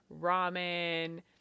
ramen